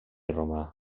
romà